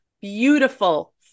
beautiful